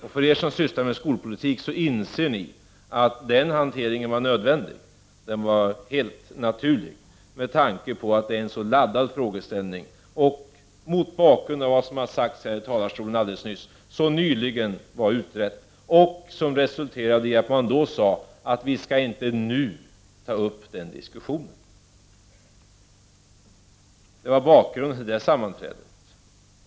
De av er som sysslar med skolpolitik inser att den hanteringen var nödvändig och helt naturlig med tanke på att det gäller en så laddad frågeställning. Frågan var också nyligen utredd, och det sades då att den inte skulle tas upp till diskussion. Det är bakgrunden till det nämnda sammanträdet.